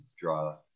draw